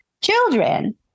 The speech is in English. children